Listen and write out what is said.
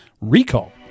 Recall